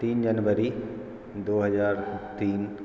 तीन जनवरी दो हजार तीन